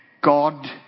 God